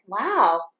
wow